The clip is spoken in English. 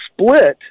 split